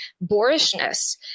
boorishness